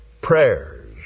prayers